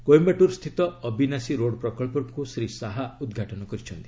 କୋଇମ୍ଘାଟୁର ସ୍ଥିତ ଅବିନାଶି ରୋଡ୍ ପ୍ରକଳ୍ପକୁ ଶ୍ରୀ ଶାହା ଉଦ୍ଘାଟନ କରିଛନ୍ତି